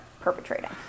perpetrating